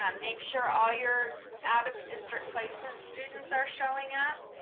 and make sure all your out of district placement students are showing up.